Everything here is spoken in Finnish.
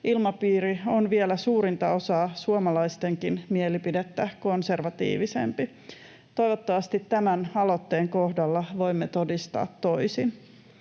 ilmapiiri on vielä suurinta osaa suomalaistenkin mielipidettä konservatiivisempi. Toivottavasti tämän aloitteen kohdalla voimme todistaa toisin.